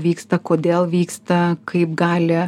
vyksta kodėl vyksta kaip gali